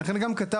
לכן גם כתבנו,